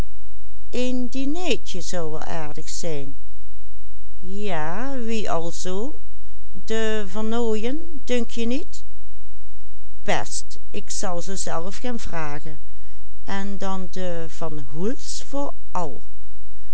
je niet best ik zal ze zelf gaan vragen en dan de